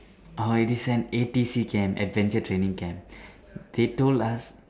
already send A_T_C camp adventure training camp they told us